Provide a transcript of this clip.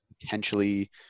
potentially